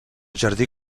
jardí